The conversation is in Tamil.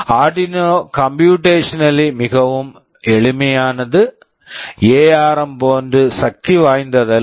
ஆர்டினோ Arduino கம்புயூட்டேஷனலி computationallyமிகவும் எளிமையானது எஆர்எம் ARM போன்று சக்தி வாய்ந்ததல்ல